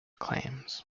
claims